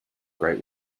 great